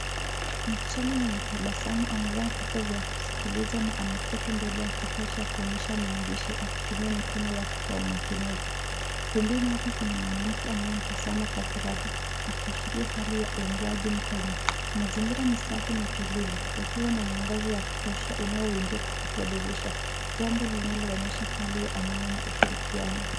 Msichana mwenye tabasamu amevaa vichwa vya kusikiliza na ameketi mbele ya kifaa cha kuonyesha maandishi akitumia mikono yake kwa umakinifu. Pembeni mwake kuna mwanamke anaye mtazama kwa furaha akiashiria hali ya uungwaji mkono. Mazingira ni safi na tulivu, yakiwa na mwangaza wa kutosha unaoingia kupitia dirisha. Jambo linaloonyesha hali ya amani na ushirikiano.